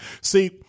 See